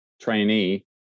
trainee